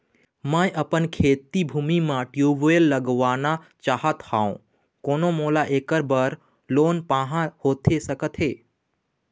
मैं अपन खेती भूमि म ट्यूबवेल लगवाना चाहत हाव, कोन मोला ऐकर बर लोन पाहां होथे सकत हे?